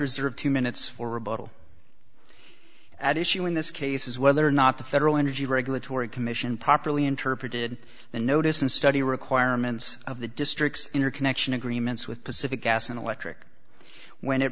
reserve two minutes for rebuttal at issue in this case is whether or not the federal energy regulatory commission properly interpreted the notice and study requirements of the district's interconnection agreements with pacific gas and electric when it